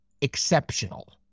exceptional